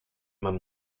mam